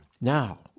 Now